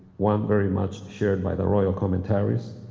one very much shared by the royal commentaries,